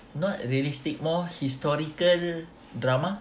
not realistic more historical drama